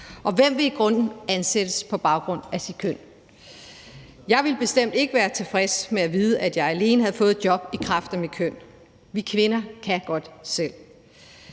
Og hvem vil i grunden ansættes på baggrund af sit køn? Jeg ville bestemt ikke være tilfreds med at vide, at jeg alene havde fået et job i kraft af mit køn. Vi kvinder kan godt selv.